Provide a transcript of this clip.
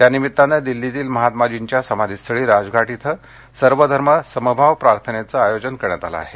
त्यानिमित्तानं दिल्लीतील महात्माजींच्या समाधी स्थळी राजघाट इथं सर्व धर्म समभाव प्रार्थनेचं आयोजन करण्यात आलं आहे